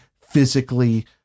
physically